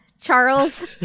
Charles